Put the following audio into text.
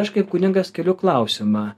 aš kaip kunigas keliu klausimą